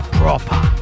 proper